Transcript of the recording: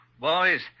Boys